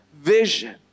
vision